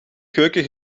keuken